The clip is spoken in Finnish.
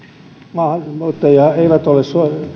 maahanmuuttajat eivät ole